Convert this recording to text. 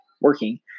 working